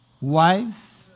wife